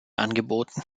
angeboten